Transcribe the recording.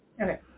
okay